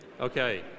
Okay